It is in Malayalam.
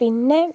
പിന്നെ